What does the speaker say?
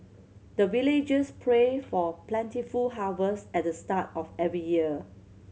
the villagers pray for plentiful harvest at the start of every year